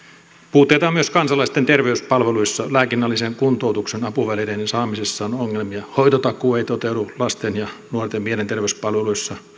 puutteita on myös kansalaisten terveyspalveluissa lääkinnällisen kuntoutuksen apuvälineiden saamisessa on ongelmia hoitotakuu ei toteudu lasten ja nuorten mielenterveyspalveluissa